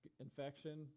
infection